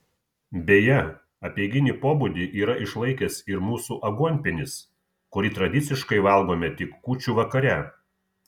beje apeiginį pobūdį yra išlaikęs ir mūsų aguonpienis kurį tradiciškai valgome tik kūčių vakare